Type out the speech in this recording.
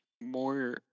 more